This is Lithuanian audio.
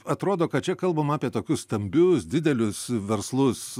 atrodo kad čia kalbama apie tokius stambius didelius verslus